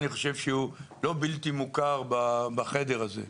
אני חושב שהוא לא בלתי מוכר בחדר הזה,